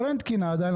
אבל אין תקינה עדיין,